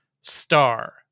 star